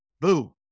boo